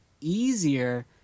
easier